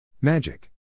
Magic